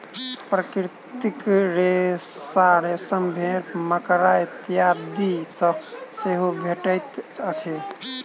प्राकृतिक रेशा रेशम, भेंड़, मकड़ा इत्यादि सॅ सेहो भेटैत अछि